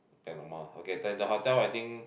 then the mall ah okay then the hotel I think